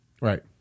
Right